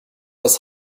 das